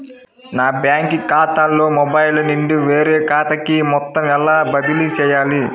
నా బ్యాంక్ ఖాతాలో మొబైల్ నుండి వేరే ఖాతాకి మొత్తం ఎలా బదిలీ చేయాలి?